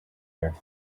air